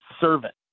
servant